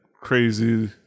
crazy